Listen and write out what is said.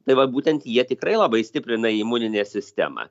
tai va būtent jie tikrai labai stiprina imuninę sistemą